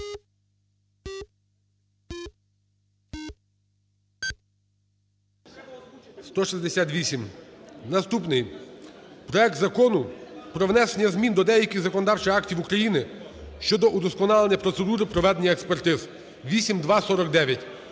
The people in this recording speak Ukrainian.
За-168 Наступний – проект Закону про внесення змін до деяких законодавчих актів України щодо удосконалення процедури проведення експертиз (8249).